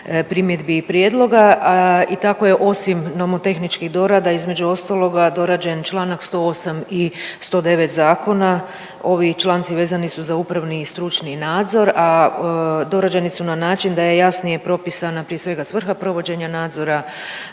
primjedbi i prijedloga i tako je osim nomotehničkih dorada između ostaloga dorađen čl. 108. i 109. zakona. Ovi članci vezani su za upravni i stručni nadzor, a dorađeni su na način da je jasnije propisana prije svega svrha provođenja nadzora,